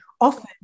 Often